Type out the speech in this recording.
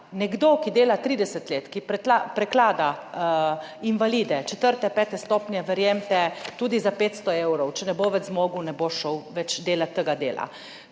Nekdo, ki dela 30 let, ki preklada invalide četrte, pete stopnje, verjemite, tudi za 500 evrov, če ne bo več zmogel, ne bo šel več delat tega dela.